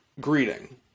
greeting